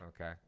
Okay